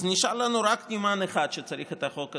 אז נשאר לנו רק נמען אחד שצריך את החוק הזה,